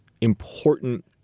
important